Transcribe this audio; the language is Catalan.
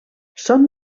són